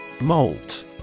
Molt